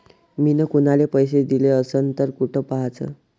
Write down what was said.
मिन कुनाले पैसे दिले असन तर कुठ पाहाचं?